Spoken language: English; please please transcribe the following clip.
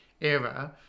era